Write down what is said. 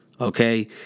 okay